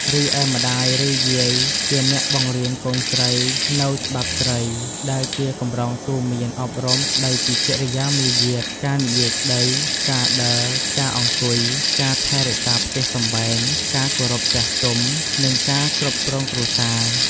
រីឯ ម្តាយ ឬយាយជាអ្នកបង្រៀនកូនស្រីនូវ ច្បាប់ស្រី ដែលជាកម្រងទូន្មានអប់រំស្តីពីកិរិយាមារយាទ ការនិយាយស្តី ការដើរ ការអង្គុយ ការថែរក្សាផ្ទះសម្បែង ការគោរពចាស់ទុំ និងការគ្រប់គ្រងគ្រួសារ។